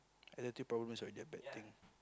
attitude problem is already a bad thing